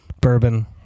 bourbon